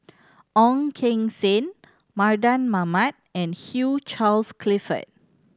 Ong Keng Sen Mardan Mamat and Hugh Charles Clifford